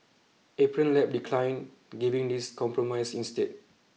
Apron Lab declined giving this compromise instead